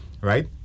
Right